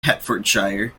hertfordshire